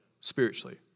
spiritually